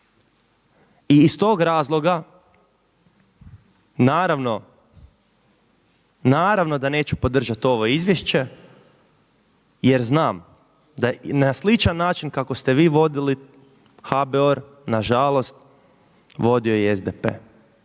I iz tog razloga naravno, naravno da neću podržat ovo izvješće jer znam da na sličan način kako ste vi vodili HBOR na žalost vodio je i SDP,